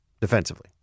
defensively